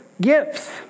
gifts